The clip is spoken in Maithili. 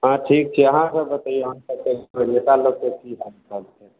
हाँ ठीक छै अहाँसभ बतैऔ अहाँसभके एम्हर नेता लोकके कि हालचाल छै